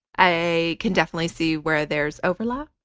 i can definitely see where there's overlap.